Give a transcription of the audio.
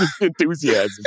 enthusiasm